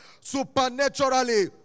supernaturally